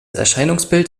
erscheinungsbild